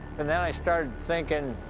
and then i started thinking,